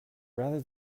rather